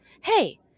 hey